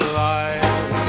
life